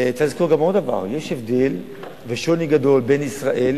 צריך לזכור עוד דבר: יש הבדל ושוני גדול בין ישראל